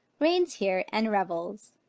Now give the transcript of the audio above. reigns here and revels